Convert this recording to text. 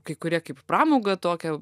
kai kurie kaip pramogą tokią